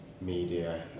media